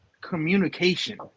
communication